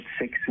six